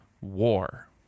war